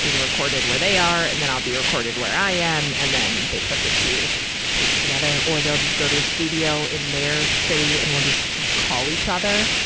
being recorded where they, and then i'll be recorded where i am. and then they put the two tapes together. or they'll just go to a studio in their city, and we'll just call each other,